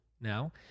now